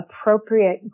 appropriate